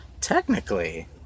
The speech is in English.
Technically